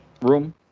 room